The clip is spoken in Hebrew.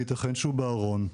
ייתכן שהוא בארון,